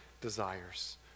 desires